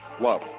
love